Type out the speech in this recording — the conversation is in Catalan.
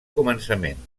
començament